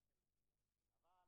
אגב,